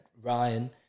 Ryan